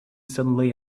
suddenly